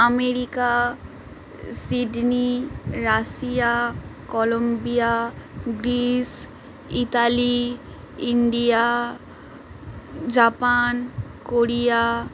America Sydney Russia Columbia Greece Italy India Japan Korea